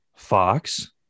Fox